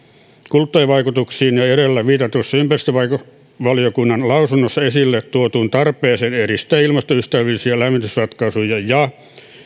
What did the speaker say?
kuluttajavaikutuksiin ja edellä viitatussa ympäristövaliokunnan lausunnossa esille tuotuun tarpeeseen edistää ilmastoystävällisiä lämmitysratkaisuja ja